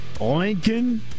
Lincoln